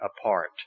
apart